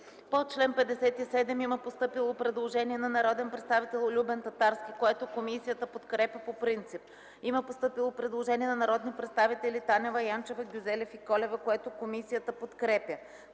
По чл. 71 има постъпило предложение на народния представител Любен Татарски, което комисията подкрепя по принцип. Има постъпило предложение на народните представители Танева, Янчева, Гюзелев и Колева, което комисията подкрепя.